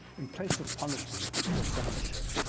in place of punishment or censorship,